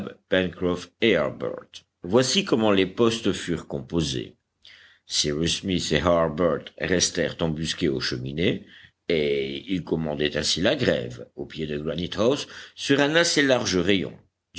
voici comment les postes furent composés cyrus smith et harbert restèrent embusqués aux cheminées et ils commandaient ainsi la grève au pied de granite house sur un assez large rayon